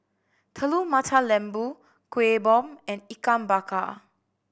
Telur Mata Lembu Kuih Bom and Ikan Bakar